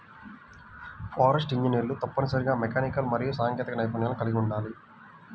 forestry ఇంజనీర్లు తప్పనిసరిగా mechanical మరియు సాంకేతిక నైపుణ్యాలను కలిగి ఉండాలి